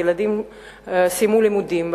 התלמידים סיימו את שנת הלימודים.